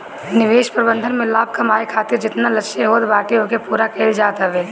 निवेश प्रबंधन में लाभ कमाए खातिर जेतना लक्ष्य होत बाटे ओके पूरा कईल जात हवे